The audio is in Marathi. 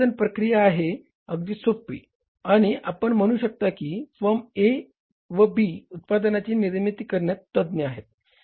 उत्पादन प्रक्रिया अगदी सोपी आहे आणि आपण म्हून शकता की फर्म A व B उत्पादनाची निर्मिती करण्यात तज्ञ् आहे